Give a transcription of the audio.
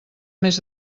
més